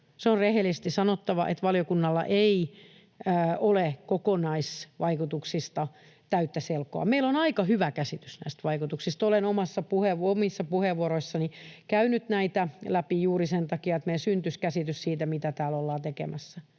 Se on rehellisesti sanottava, että valiokunnalla ei ole kokonaisvaikutuksista täyttä selkoa. Meillä on aika hyvä käsitys näistä vaikutuksista, ja olen omissa puheenvuoroissani käynyt näitä läpi juuri sen takia, että meille syntyisi käsitys siitä, mitä täällä ollaan tekemässä.